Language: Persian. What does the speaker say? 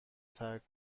ترک